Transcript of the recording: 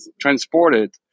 transported